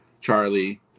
Charlie